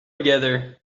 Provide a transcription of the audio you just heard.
together